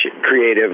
creative